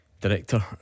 director